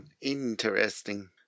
Interesting